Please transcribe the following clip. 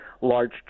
large